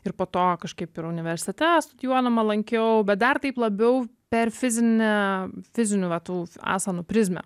ir po to kažkaip ir universitete studijuodama lankiau bet dar taip labiau per fizinę fizinių va tų asanų prizmę